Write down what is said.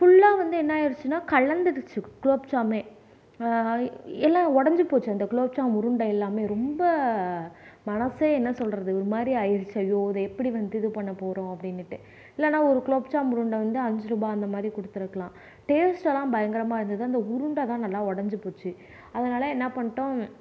ஃபுல்லா வந்து என்ன ஆயிடுச்சுனா கலந்திடுச்சு குலோப்ஜாமே எல்லாம் உடைஞ்சு போச்சு அந்த குலோப்ஜாம் உருண்டை எல்லாமே ரொம்ப மனசே என்ன சொல்லுறது ஒரு மாதிரி ஆகிடுச்சு ஐயோ இதை எப்படி வந்து இது பண்ண போறோம் அப்படின்னுட்டு இல்லைன்னா ஒரு குலோப்ஜாமூன் உருண்டை வந்து அஞ்சு ரூபாய் அந்த மாதிரி கொடுத்துருக்கலாம் டேஸ்ட்டெல்லாம் பயங்கரமாக இருந்தது அந்த உருண்டை நல்லா உடைஞ்சு போச்சு அதனால் என்ன பண்ணிட்டோம்